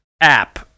App